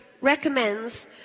recommends